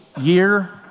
year